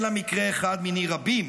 אלא מקרה אחד מני רבים,